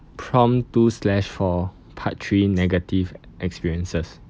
prompt two slash four part three negative experiences